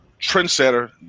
trendsetter